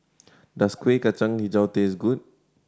does Kuih Kacang Hijau taste good